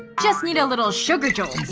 just need a little sugar jolt.